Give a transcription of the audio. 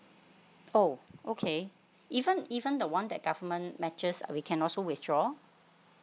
oh okay even even the one that government matches we can also withdraw